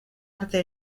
arte